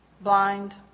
blind